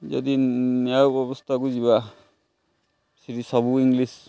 ଯଦି ନ୍ୟାୟ ଅବସ୍ଥାକୁ ଯିବା ସେଠି ସବୁ ଇଂଲିଶ